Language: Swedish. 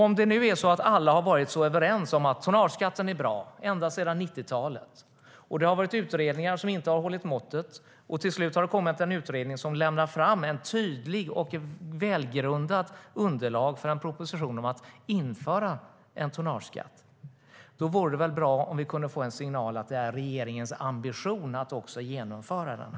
Om alla nu har varit så överens ända sedan 90-talet om att tonnageskatt är bra och det har varit utredningar som inte har hållit måttet och det till slut har kommit en utredning som lämnar fram ett tydligt och välgrundat underlag för en proposition om att införa en tonnageskatt vore det väl bra om vi kunde få en signal om att det är regeringens ambition att införa den.